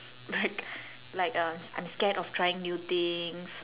like like um I'm scared of trying new things